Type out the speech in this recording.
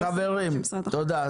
חברים, תודה.